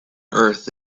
earth